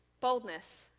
boldness